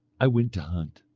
i went to hunt.